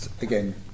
again